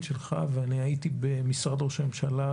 שלך ואני הייתי במשרד ראש הממשלה,